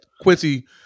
Quincy